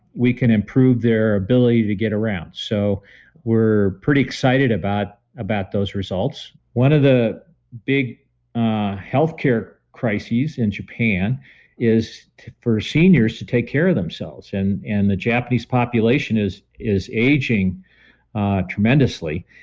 we can improve their ability to get around so we're pretty excited about about those results. one of the big healthcare crises in japan is for seniors to take care of themselves and and the japanese population is is aging tremendously.